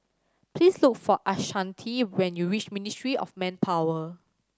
please look for Ashanti when you reach Ministry of Manpower